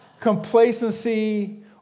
Complacency